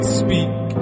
speak